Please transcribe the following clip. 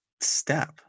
step